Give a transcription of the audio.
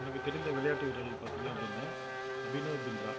எனக்குத் தெரிஞ்ச விளையாட்டு வீர்கள் பார்த்தீங்க அப்படின்னா அபினோவ் பிந்த்ரா